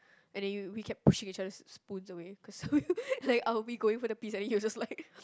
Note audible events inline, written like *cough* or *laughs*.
and then you we keep pushing each other's spoons away cause *laughs* like I will be going for the piece and then you will just like